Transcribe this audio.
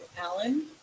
Alan